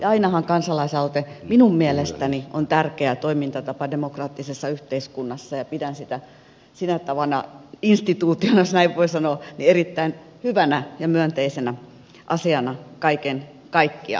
ja ainahan kansalaisaloite minun mielestäni on tärkeä toimintatapa demokraattisessa yhteiskunnassa ja pidän sitä sillä tavalla instituutiona jos näin voin sanoa erittäin hyvänä ja myönteisenä asiana kaiken kaikkiaan